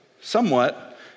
somewhat